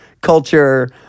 culture